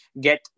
get